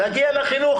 נגיע לחינוך.